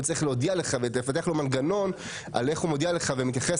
צריך להודיע לך ולפתח מנגנון על איך הוא מודיע לך ומתייחס